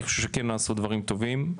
אני חושב שכן נעשו דברים טובים,